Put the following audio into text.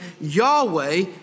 Yahweh